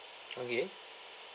okay